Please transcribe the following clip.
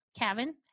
Kevin